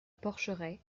porcheraie